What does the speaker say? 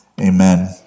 amen